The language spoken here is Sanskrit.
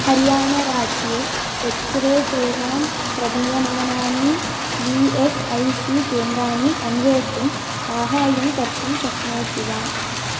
हरियाणराज्ये एक्स् रे सेवां प्रदीयमानानि ई एस् ऐ सी केन्द्राणि अन्वेष्टुं साहाय्यं कर्तुं शक्नोषि वा